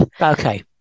Okay